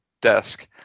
desk